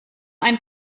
ein